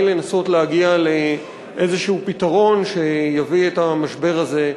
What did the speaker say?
לנסות להגיע לאיזשהו פתרון שיביא את המשבר הזה,